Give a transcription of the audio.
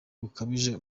bukabije